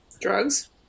Drugs